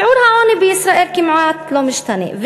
שיעור העוני בישראל כמעט לא משתנה,